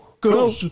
go